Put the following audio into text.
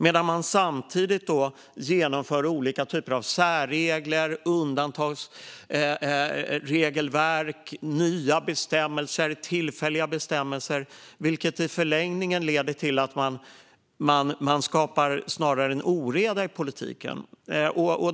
Men samtidigt genomför man ju olika typer av särregler, undantagsregelverk, nya bestämmelser och tillfälliga bestämmelser, vilket i förlängningen leder till att man snarare skapar en oreda i politiken.